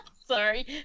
sorry